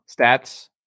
stats